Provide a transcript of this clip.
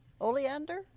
Oleander